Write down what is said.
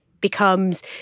becomes